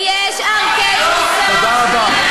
ויש ערכי מוסר, תודה רבה.